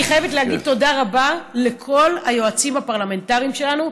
אני חייבת להגיד תודה רבה לכל היועצים הפרלמנטריים שלנו,